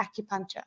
acupuncture